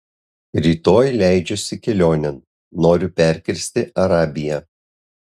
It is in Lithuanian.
rytoj leidžiuosi kelionėn noriu perkirsti arabiją